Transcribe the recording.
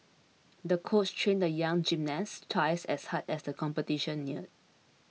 the coach trained the young gymnast twice as hard as the competition neared